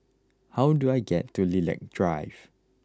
how do I get to Lilac Drive